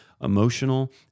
emotional